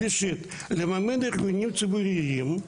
שלישית: לממן ארגונים ציבוריים,